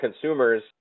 consumers